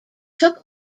took